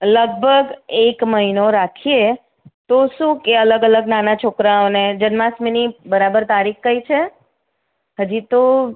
લગભગ એક મહિનો રાખીએ તો શું કે અલગ અલગ નાના છોકરાઓને જન્માષ્ટમીની બરાબર તારીખ કઈ છે હજી તો